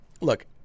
look